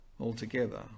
altogether